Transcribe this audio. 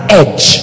edge